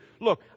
Look